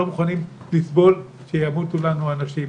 לא מוכנים לסבול שימותו לנו אנשים,